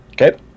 okay